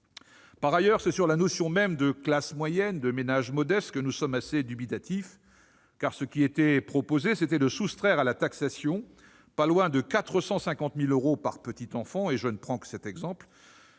Par ailleurs, c'est sur les notions mêmes de classe moyenne et de ménage modeste que nous sommes assez dubitatifs. Il était proposé, en effet, de soustraire à la taxation pas loin de 450 000 euros par petit-enfant- et je ne prends que cet exemple.